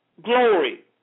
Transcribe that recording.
glory